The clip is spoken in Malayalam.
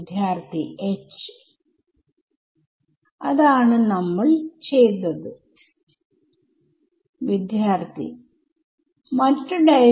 ഇതിനെ എനിക്ക് വീണ്ടും ക്വാഡ്രാറ്റിക് ഫോമിൽലളിതമാക്കി എഴുതാം